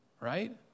right